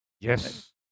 yes